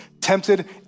tempted